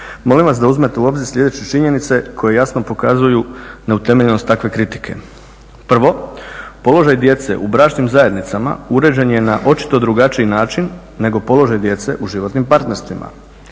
molim vas da uzmete u obzir sljedeće činjenice koje jasno pokazuju neutemeljenost takve kritike. Prvo, položaj djece u bračnim zajednicama uređen je na očito drugačiji djece nego položaj djece u životnim partnerstvima.